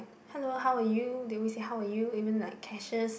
hello how are you they always say how are you even like cashiers